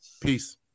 Peace